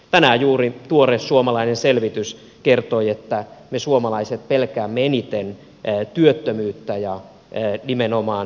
tänään juuri tuore suomalainen selvitys kertoi että me suomalaiset pelkäämme eniten työttömyyttä ja nimenomaan hyvinvointiyhteiskunnan rapautumista